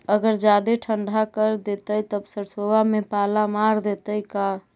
अगर जादे ठंडा कर देतै तब सरसों में पाला मार देतै का?